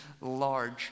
large